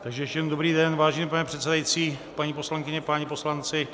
Ještě jednou dobrý den, vážený pane předsedající, paní poslankyně, páni poslanci.